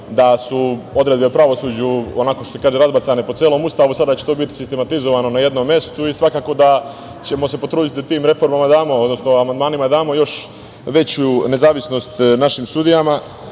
da su odredbe o pravosuđu onako, što se kaže, razbacane po celom Ustavu, sada će to biti sistematizovano na jednom mestu. Svakako ćemo se potruditi da tim reformama damo, odnosno amandmanima damo još veću nezavisnost našim sudijama. Tako